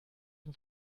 dem